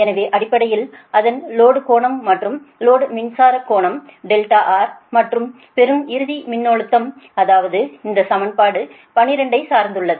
எனவே அடிப்படையில் அதன் லோடு கோணம் மற்றும் லோடு மின்சாரம் கோணம் R மற்றும் பெறும் இறுதி மின்னழுத்தம் அதாவது இது சமன்பாடு 12 ஐ சார்ந்துள்ளது